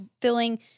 filling